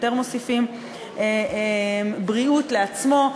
יותר מוסיפים בריאות לעצמו.